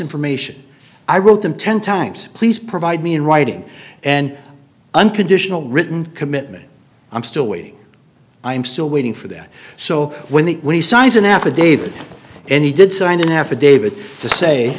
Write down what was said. information i wrote them ten times please provide me in writing and unconditional written commitment i'm still waiting i'm still waiting for that so when the when he signs an affidavit and he did sign an affidavit to say